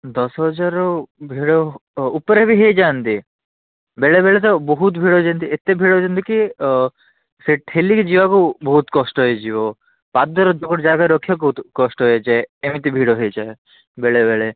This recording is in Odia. ଦଶ ହଜାରୁ ଭିଡ଼ ଉପରେ ବି ହେଇଯାନ୍ତି ବେଳେ ବେଳେ ତ ବହୁତ ଭିଡ଼ ହେଇଯାନ୍ତି ଏତେ ଭିଡ଼ ଯେ କି ଠେଲିକି ଯିବାକୁ ବହୁତ କଷ୍ଟ ହେଇଯିବ ପାଦେ ରଖିବା ଗୋଟେ ଜାଗାରେ ବହୁତ କଷ୍ଟ ହେଇଯାଏ ଏମିତି ଭିଡ଼ ହେଇଯାଏ ବେଳେ ବେଳେ